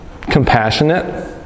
compassionate